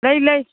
ꯂꯩ ꯂꯩ